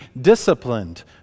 disciplined